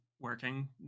working